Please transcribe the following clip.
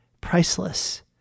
priceless